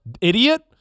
idiot